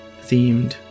themed